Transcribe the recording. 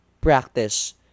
practice